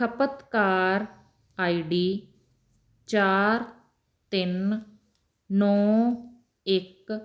ਖਪਤਕਾਰ ਆਈਡੀ ਚਾਰ ਤਿੰਨ ਨੌਂ ਇੱਕ